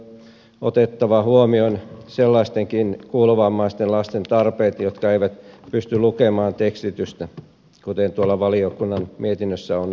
erityisesti on otettava huomioon sellaistenkin kuulovammaisten lasten tarpeet jotka eivät pysty lukemaan tekstitystä kuten valiokunnan mietinnössä on tullut esille